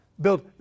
build